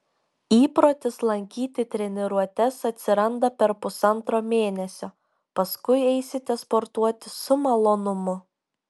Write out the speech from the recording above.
įprotis lankyti treniruotes atsiranda per pusantro mėnesio paskui eisite sportuoti su malonumu